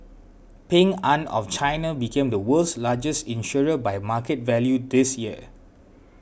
Ping An of China became the world's largest insurer by market value this year